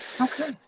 Okay